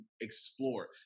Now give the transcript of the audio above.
explore